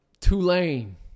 Tulane